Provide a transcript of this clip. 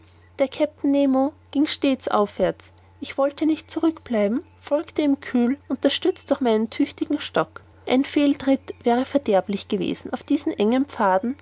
der kapitän nemo ging stets aufwärts ich wollte nicht zurück bleiben folgte ihm kühn unterstützt durch meinen tüchtigen stock ein fehltritt wäre verderblich gewesen auf diesen engen pfaden